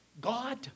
God